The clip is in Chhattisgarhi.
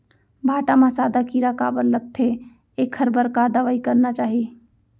भांटा म सादा कीरा काबर लगथे एखर बर का दवई करना चाही?